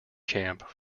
camp